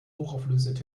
hochauflösende